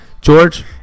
George